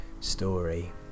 story